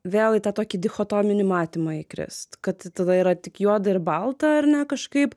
vėl į tą tokį dichotominį matymą įkrist kad tada yra tik juoda ir balta ar ne kažkaip